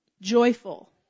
joyful